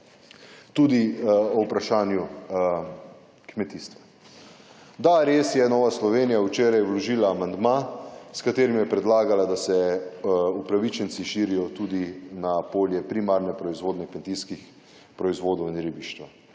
tudi o vprašanji kmetijstva. Da, res je, Nova Slovenije je včeraj vložila amandma, s katerim je predlagala, da se upravičenci širijo tudi na polje primarne proizvodnje kmetijskih proizvodov in ribištva,